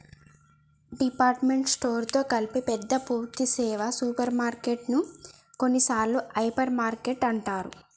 department store తో కలిపి పెద్ద పూర్థి సేవ సూపర్ మార్కెటు ను కొన్నిసార్లు హైపర్ మార్కెట్ అంటారు